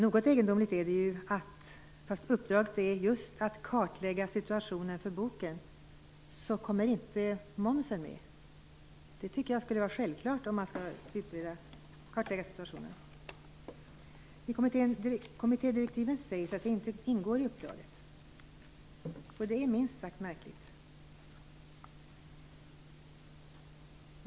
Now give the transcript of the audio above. Något egendomligt är det ju, att fast uppdraget är just att kartlägga situationen för boken, så kommer inte momsen med. Det tycker jag skulle vara självklart, om man skall kartlägga situationen. I kommittédirektiven sägs att det inte ingår i uppdraget. Det är minst sagt märkligt.